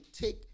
take